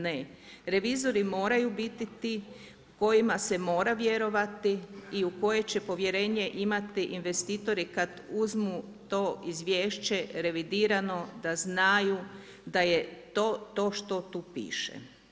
Ne, revizori moraju biti ti kojima se mora vjerovati i u koje će povjerenje imati investitori kada uzmu to izvješće revidirano da znaju da je to, to što tu piše.